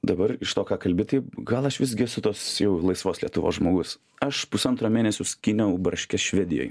dabar iš to ką kalbi tai gal aš visgi esu tos jau laisvos lietuvos žmogus aš pusantro mėnesio skyniau braškes švedijoj